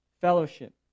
fellowship